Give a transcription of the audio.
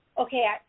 Okay